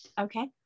Okay